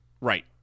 Right